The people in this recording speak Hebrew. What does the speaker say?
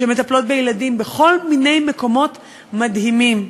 שמטפלות בילדים, בכל מיני מקומות מדהימים.